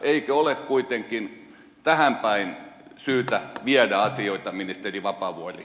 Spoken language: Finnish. eikö ole kuitenkin tähän päin syytä viedä asioita ministeri vapaavuori